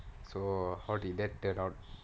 so how did that turn out